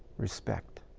respect.